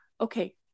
okay